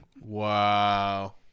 Wow